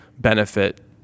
benefit